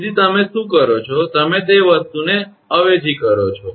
તેથી તમે શું કરો છો તમે તે વસ્તુને અવેજી કરો છો